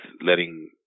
letting